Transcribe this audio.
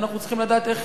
ואנחנו צריכים לדעת איך